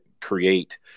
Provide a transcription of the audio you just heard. create